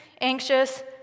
anxious